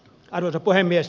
arvoisa puhemies